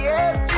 Yes